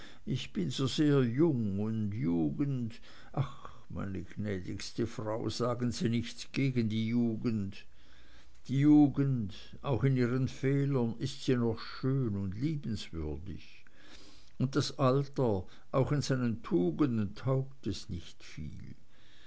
ich bin so sehr jung und jugend ach meine gnädigste frau sagen sie nichts gegen die jugend die jugend auch in ihren fehlern ist sie noch schön und liebenswürdig und das alter auch in seinen tugenden taugt es nicht viel